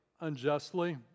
unjustly